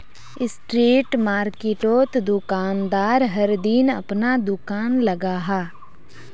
street मार्किटोत दुकानदार हर दिन अपना दूकान लगाहा